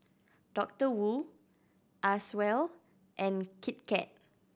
Doctor Wu Acwell and Kit Kat